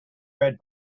read